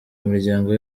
imiryango